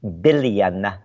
billion